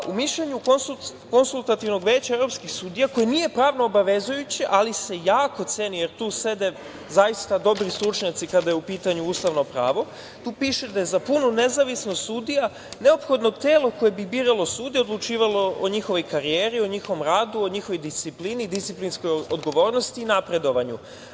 U mišljenju konsultativnih veća evropskih sudija, koje nije pravno obavezujuće, ali se jako ceni, jer tu sede zaista dobri stručnjaci kada je u pitanju ustavno pravo, tu piše da je za punu nezavisnost sudija neophodno telo koje bi biralo sudije, odlučivalo o njihovoj karijeri, radu, disciplini, disciplinskoj odgovornosti i napredovanju.